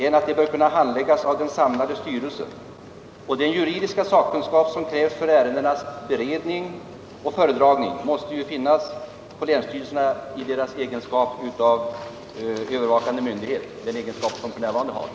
De bör därför kunna handläggas av den samlade styrelsen. Den juridiska sakkunskap som krävs för ärendenas beredning och föredragning måste ju finnas på länsstyrelserna i deras egenskap av övervakande myndighet — den egenskap de för närvarande har.